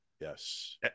Yes